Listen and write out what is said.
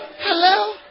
Hello